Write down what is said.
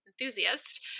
enthusiast